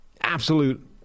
Absolute